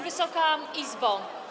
Wysoka Izbo!